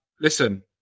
listen